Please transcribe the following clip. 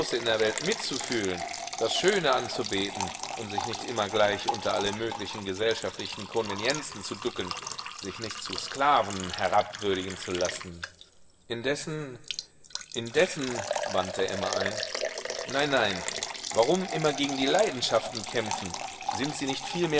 in der welt mitzufühlen das schöne anzubeten und sich nicht immer gleich unter alle möglichen gesellschaftlichen konvenienzen zu ducken sich nicht zu sklaven herabwürdigen zu lassen indessen indessen wandte emma ein nein nein warum immer gegen die leidenschaften kämpfen sind sie nicht